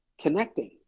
connecting